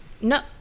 no